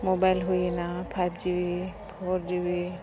mobile ᱦᱩᱭᱮᱱᱟ five GB four ᱡᱤᱵᱤ